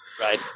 Right